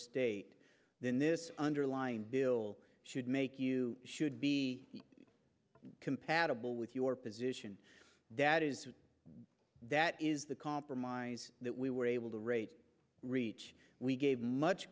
state then this underlying bill should make you should be compatible with your position that is that is the compromise that we were able to rate reach we gave much